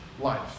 life